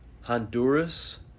Honduras